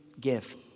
give